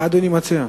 מה אדוני מציע?